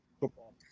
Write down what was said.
football